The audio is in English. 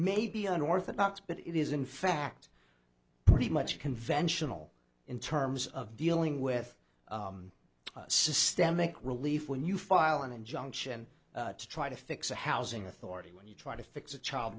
may be unorthodox but it is in fact pretty much conventional in terms of dealing with systemic relief when you file an injunction to try to fix a housing authority when you try to fix a child